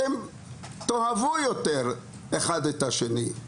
אתם תאהבו יותר אחד את השני.